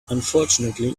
unfortunately